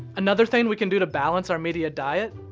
another thing we can do to balance our media diet?